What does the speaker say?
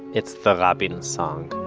it's the rabin and song.